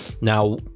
Now